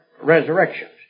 resurrections